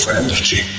energy